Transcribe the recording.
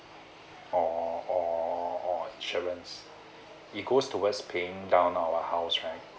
or or or insurance it goes towards paying down our house right